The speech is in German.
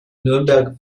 nürnberg